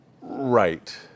Right